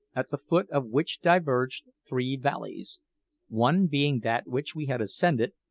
at the foot of which diverged three valleys one being that which we had ascended,